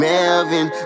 Melvin